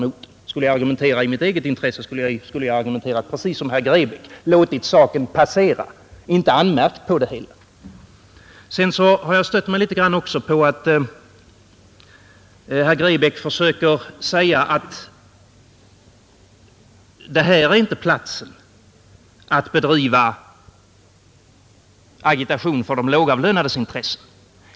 Om jag skulle ha handlat i mitt eget intresse skulle jag, herr Grebäck, ha låtit saken passera och inte anmärkt på det hela. Jag har också stött mig litet på att herr Grebäck försöker säga att detta inte är rätta tillfället att bedriva agitation för de lågavlönades intressen.